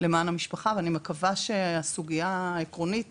למען המשפחה ואני מקווה שהסוגיה העקרונית